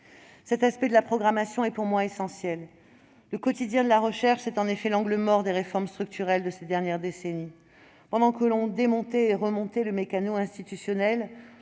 Cet aspect de la programmation est pour moi essentiel. Le quotidien de la recherche constitue en effet l'angle mort des réformes structurelles de ces dernières décennies. Pendant que l'on démontait et remontait le meccano institutionnel,